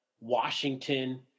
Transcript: Washington